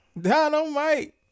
Dynamite